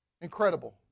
Incredible